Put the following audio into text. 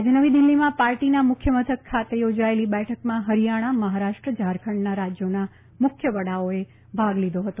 આજે નવી દિલ્હીમાં પાર્ટીના મુખ્ય મથક ખાતે યોજાયેલી બેઠકમાં હરીયાણા મહારાષ્ટ્ર અને ઝારખંડના રાજયોના મુખ્ય વડાઓએ ભાગ લીધો હતો